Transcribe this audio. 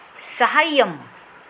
सहाय्यम्